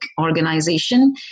organization